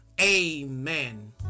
Amen